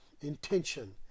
intention